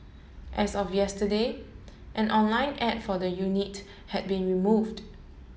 as of yesterday an online ad for the unit had been removed